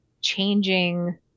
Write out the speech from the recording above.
changing